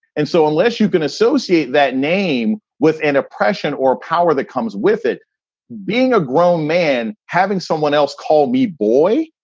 and so unless you can associate that name with an oppression or power that comes with it being a grown man, having someone else call me boy.